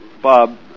Bob